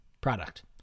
Product